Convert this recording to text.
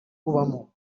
ubamo